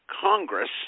Congress